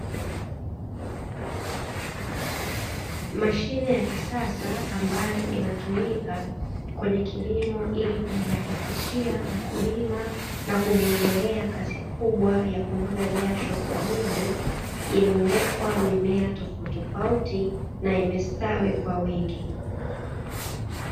Mashine ya kisasa ambayo inatumika kwenye kilimo ili kurahisisha mkulima na kumuondolea kazi kubwa ya kumwaga jasho kwa wingi, imewekwa mimea tofautitofauti na imestawi kwa wingi.